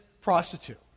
prostitute